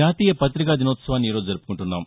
జాతీయ పత్రికాదినోత్సవాన్ని ఈరోజు జరుపుకుంటున్నాం